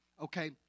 Okay